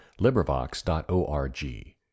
LibriVox.org